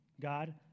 God